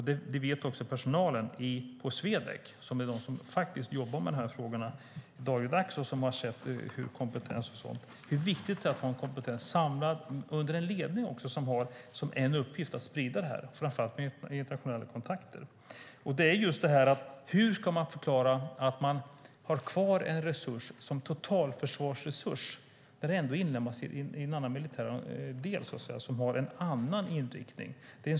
Det här vet också personalen på Swedec som jobbar med dessa frågor dagligen och som har sett hur viktigt det är att ha en samlad kompetens under en ledning som har som sin uppgift att sprida detta, framför allt när det gäller internationella kontakter. Hur ska man förklara att man har kvar en resurs som totalförsvarsresurs när den inlemmas i en annan militär del som har en annan inriktning?